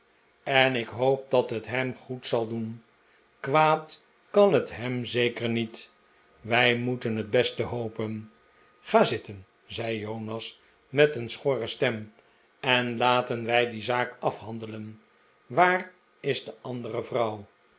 en ik hoop dat het hem goed zal doen kwaad kan het hem zeker niet wij moeten het beste hopen ga zitten zei jonas met een schorre stem en laten wij die zaak afhandelen waar is de andere